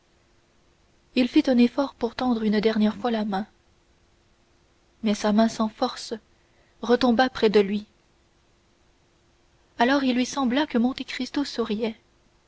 il fit un effort pour lui tendre une dernière fois la main mais sa main sans force retomba près de lui alors il lui sembla que monte cristo souriait